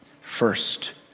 First